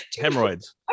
hemorrhoids